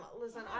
Listen